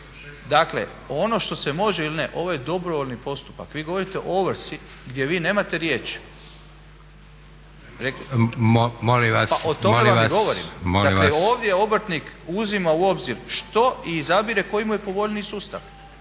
Dakle ono što se može ili ne, ovo je dobrovoljni postupak. Vi govorite o ovrsi gdje vi nemate riječ. O tome vam i govorim. Dakle, ovdje obrtnik uzima u obzir što i izabire koji mu je povoljniji sustav.